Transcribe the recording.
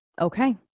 Okay